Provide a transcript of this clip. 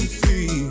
see